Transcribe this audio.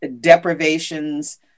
deprivations